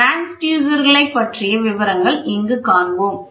டிரான்ஸ்யூசர்களைப் பற்றிய அடிப்படை விவரங்கள் இங்கு காண்போம்